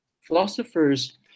philosophers